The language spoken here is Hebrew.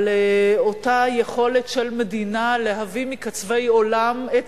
על אותה יכולת של מדינה להביא מקצווי עולם את